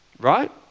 right